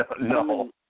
no